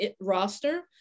roster